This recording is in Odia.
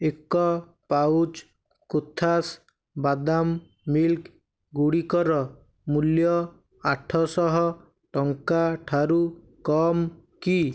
ଏକ ପାଉଚ୍ କୋଥାସ୍ ବାଦାମ୍ ମିଲ୍କ୍ ଗୁଡ଼ିକର ମୂଲ୍ୟ ଆଠଶହ ଟଙ୍କା ଠାରୁ କମ୍ କି